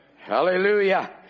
Hallelujah